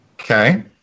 Okay